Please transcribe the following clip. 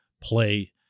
play